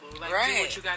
Right